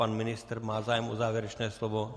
Pan ministr má zájem o závěrečné slovo?